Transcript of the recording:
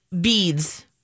beads